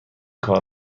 کار